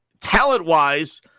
talent-wise